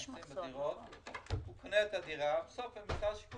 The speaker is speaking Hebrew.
אדם קונה את הדירה ובסוף למשרד השיכון